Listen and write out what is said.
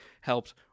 helped